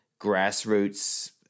grassroots